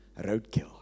Roadkill